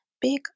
big